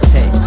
Hey